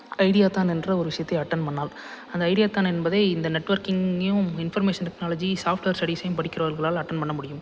ஐடியாத்தான் என்ற ஒரு விஷயத்தை அட்டென்ட் பண்ணிணால் அந்த ஐடியாத்தான் என்பதை இந்த நெட்ஒர்க்கிங்கையும் இன்ஃபர்மேஷன் டெக்னாலஜி சாஃப்ட்வேர் ஸ்டடிஸையும் படிக்கிறவர்களால் அட்டென்ட் பண்ண முடியும்